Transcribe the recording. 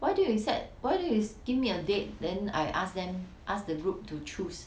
why don't you set why don't you give me your date then I ask them asked the group to choose